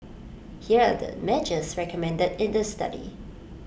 here are the measures recommended in the study